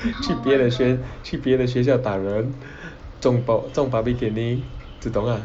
去别的学去别的学校打人中 public caning 这种 lah